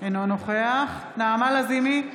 אינו נוכח נעמה לזימי,